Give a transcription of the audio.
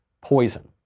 poison